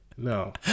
No